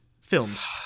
films